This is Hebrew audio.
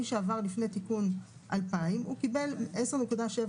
מי שעבר לפני תיקון --- הוא קיבל 10.7%,